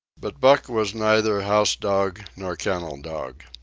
but buck was neither house-dog nor kennel-dog.